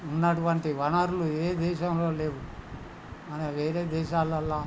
ఉన్నటువంటి వనరులు ఏ దేశంలో లేవు మన వేరే దేశాలల్లో